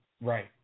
Right